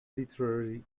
literary